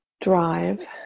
drive